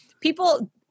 people –